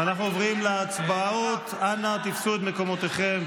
אנחנו עוברים להצבעות, אנא תפסו את מקומותיכם.